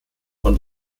von